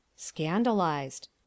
SCANDALIZED